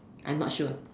I'm not sure